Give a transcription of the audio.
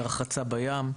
לרחצה בים,